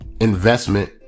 investment